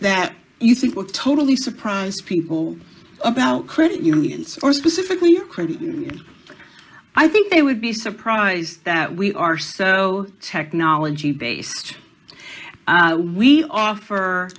that you think will totally surprise people about credit unions or specifically your credit i think they would be surprised that we are so technology based we offer